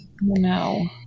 No